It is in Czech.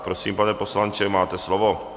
Prosím, pane poslanče, máte slovo.